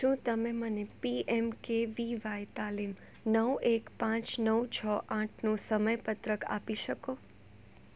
શું તમે મને પીએમકેવીવાય તાલીમ નવ એક પાંચ નવ છ આઠનું સમયપત્રક આપી શકો